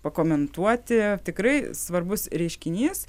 pakomentuoti tikrai svarbus reiškinys